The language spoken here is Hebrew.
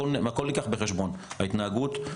הכול נלקח בחשבון, ההתנהגות,